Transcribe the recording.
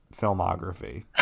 filmography